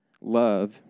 love